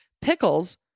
Pickles